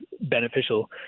beneficial